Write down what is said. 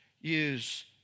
use